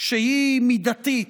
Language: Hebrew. שהיא מידתית,